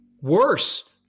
worse